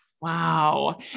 Wow